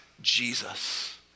Jesus